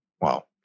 Wow